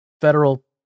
federal